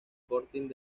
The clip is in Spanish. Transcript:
sporting